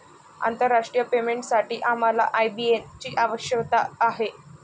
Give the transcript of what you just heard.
आंतरराष्ट्रीय पेमेंटसाठी आम्हाला आय.बी.एन ची आवश्यकता आहे